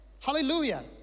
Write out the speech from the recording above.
hallelujah